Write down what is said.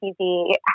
TV